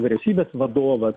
vyriausybės vadovas